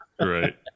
Right